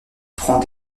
prend